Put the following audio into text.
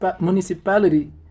municipality